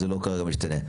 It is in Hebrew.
זה לא כרגע משתנה.